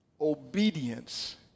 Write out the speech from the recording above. obedience